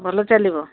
ଭଲ ଚାଲିବ